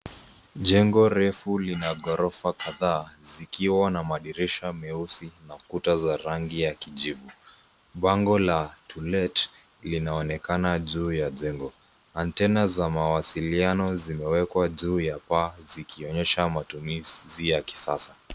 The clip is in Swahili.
Jengo refu lina ghrofa kadhaa zikiwa na madirisha meusi na kuta za rangi ya kijivu. Bango la To Let linaonekana juu ya jengo. Antena za mawasiliano zimewekwa juu ya paa zikionyesha matumizi ya kisasa.